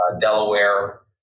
Delaware